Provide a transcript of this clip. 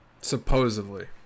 Supposedly